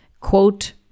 quote